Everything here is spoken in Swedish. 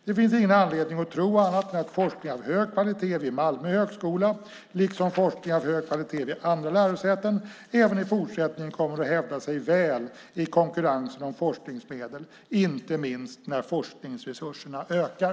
Det finns ingen anledning att tro annat än att forskning av hög kvalitet vid Malmö högskola, liksom forskning av hög kvalitet vid andra lärosäten, även i fortsättningen kommer att hävda sig väl i konkurrensen om forskningsmedel, inte minst när forskningsresurserna ökar.